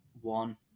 one